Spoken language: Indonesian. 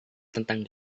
tentang